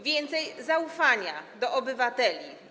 Więcej zaufania do obywateli.